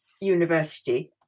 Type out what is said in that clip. university